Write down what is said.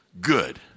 good